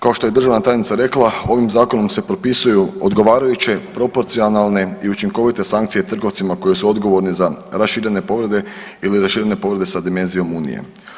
Kao što je državna tajnica rekla ovim zakonom se propisuju odgovarajuće proporcionalne i učinkovite sankcije trgovcima koji su odgovorni za raširene poglede ili raširene poglede sa dimenzijom Unije.